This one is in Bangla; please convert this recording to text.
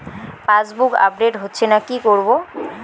পাসবুক আপডেট হচ্ছেনা কি করবো?